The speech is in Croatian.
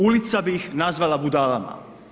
Ulica bi ih nazvala budalama.